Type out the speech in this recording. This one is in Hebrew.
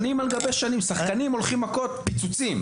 שנים על גבי שנים שחקנים הולכים מכות פיצוצים,